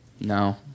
No